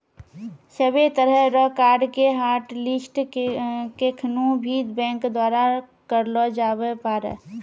सभ्भे तरह रो कार्ड के हाटलिस्ट केखनू भी बैंक द्वारा करलो जाबै पारै